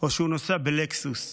או שהוא נוסע בלקסוס.